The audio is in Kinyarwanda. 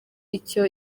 icyo